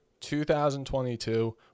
2022